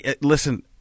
listen